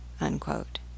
Unquote